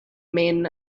men